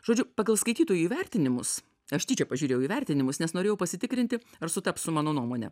žodžiu pagal skaitytojų įvertinimus aš tyčia pažiūrėjau įvertinimus nes norėjau pasitikrinti ar sutaps su mano nuomone